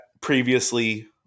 previously